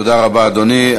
תודה רבה, אדוני.